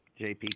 JP